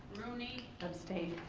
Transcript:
rooney. abstained.